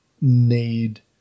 need